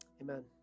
Amen